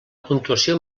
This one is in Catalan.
puntuació